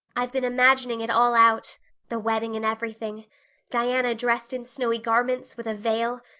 i've been imagining it all out the wedding and everything diana dressed in snowy garments, with a veil,